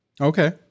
Okay